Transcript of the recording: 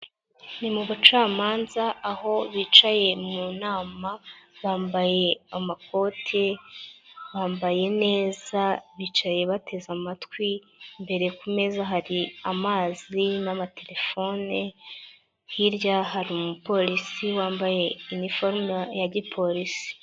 Ni mu bacamanza aho bicaye mu nama. Bambaye amakoti, bambaye neza bicaye bateze amatwi. Imbere ku meza hari amazi n'amatelefone. Hirya hari umupolisi wambaye iniforume ya gipolisi.